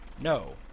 No